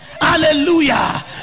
Hallelujah